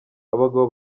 abagabo